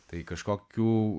tai kažkokių